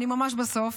אני ממש בסוף.